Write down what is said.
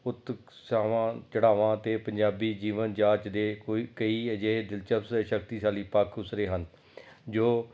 ਉਤਸ਼ਾਵਾਂ ਚੜਾਵਾਂ ਅਤੇ ਪੰਜਾਬੀ ਜੀਵਨ ਜਾਂਚ ਦੇ ਕੋਈ ਕਈ ਅਜਿਹੇ ਦਿਲਚਸਪ ਦੇ ਸ਼ਕਤੀਸ਼ਾਲੀ ਪੱਖ ਉਸਰੇ ਹਨ ਜੋ